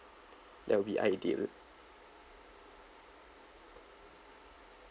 that will be ideal